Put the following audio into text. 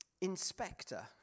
inspector